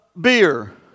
beer